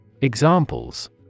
Examples